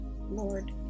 Lord